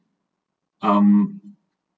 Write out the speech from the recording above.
um